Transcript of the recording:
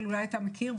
אבל אולי אתה מכיר,